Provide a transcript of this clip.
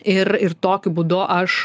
ir ir tokiu būdu aš